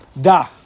Da